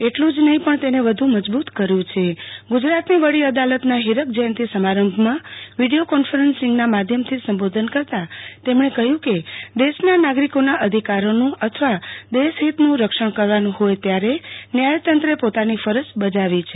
એટલું જ નહી પણ તેને વધુ મજબુત કર્યું છેગુજરાતની વડી અદાલતના ફીરક જયંતી સમારંભમાં વિડીયો કોન્ફરન્સીંગ માધ્યમથી સંબોધન કરતા તેમણે કહયું કે દેશના નાગરીકોના અધિકારોનું અથવા દેશહિતનું રક્ષણ કરવાનું હોય ત્યારે ન્યાયતંત્રે પોતાની ફરજ બજાવી છે